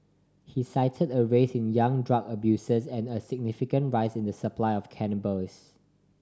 he cited a rise in young drug abusers and a significant rise in the supply of cannabis